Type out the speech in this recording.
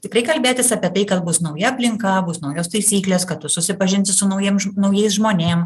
tikrai kalbėtis apie tai kad bus nauja aplinka bus naujos taisyklės kad tu susipažinsi su naujiem naujais žmonėm